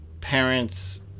parents